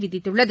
விதித்துள்ளது